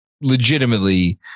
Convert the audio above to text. legitimately